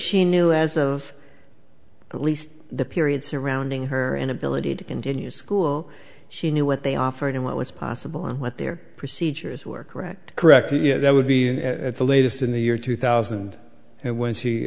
she knew as of at least the period surrounding her inability to continue school she knew what they offered and what was possible and what their procedures were correct correct that would be the latest in the year two thousand and one she